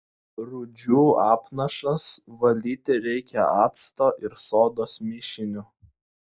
rūdžių apnašas valyti reikia acto ir sodos mišiniu